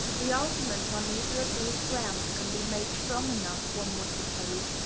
the argument on either of these grounds can be made strong enough, one would suppose,